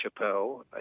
Chappelle